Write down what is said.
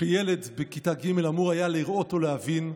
שילד בכיתה ג' אמור היה לראות או להבין,